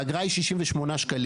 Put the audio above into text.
האגרה היא 68 שקלים.